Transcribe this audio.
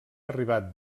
arribat